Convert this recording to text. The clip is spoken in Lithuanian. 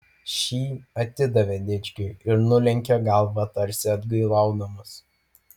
šį atidavė dičkiui ir nulenkė galvą tarsi atgailaudamas